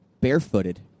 barefooted